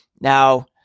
Now